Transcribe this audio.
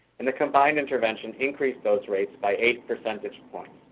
and the combined intervention increased those rates by eight percentage points.